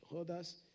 others